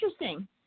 Interesting